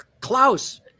Klaus